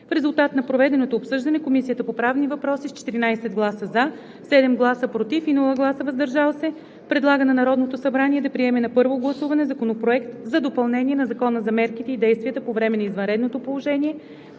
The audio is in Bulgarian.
В резултат на проведеното обсъждане Комисията по правни въпроси с 14 гласа „за“, 7 гласа „против“ и без „въздържал се“ предлага на Народното събрание да приеме на първо гласуване Законопроект за допълнение на Закона за мерките и действията по време на извънредното положение,